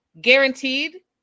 Guaranteed